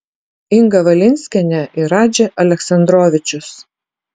inga valinskienė ir radži aleksandrovičius